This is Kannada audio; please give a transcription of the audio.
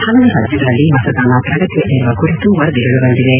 ಹಲವು ರಾಜ್ಯಗಳಲ್ಲಿ ಮತದಾನ ಪ್ರಗತಿಯಲ್ಲಿರುವ ಕುರಿತು ವರದಿಗಳು ಬಂದಿವೆ